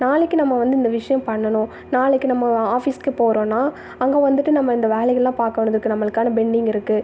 நாளைக்கு நம்ம வந்து இந்த விஷயம் பண்ணணும் நாளைக்கு நம்ம ஆஃபீஸுக்கு போகிறோம்னா அங்கே வந்துவிட்டு நம்ம இந்த வேலைகள்லாம் பார்க்கணும் இதுக்கு நம்மளுக்கான பெண்டிங் இருக்குது